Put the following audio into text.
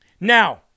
Now